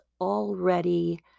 already